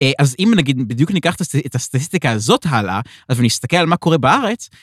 אהה אז אם נגיד בדיוק ניקח את הסטטיסטיקה הזאת הלאה, אז אני אסתכל על מה קורה בארץ.